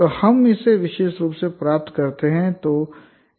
तो हम इसे विशेष रूप से प्राप्त करते हैं